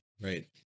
Right